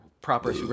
proper